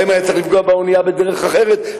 האם היה צריך לפגוע באונייה בדרך אחרת.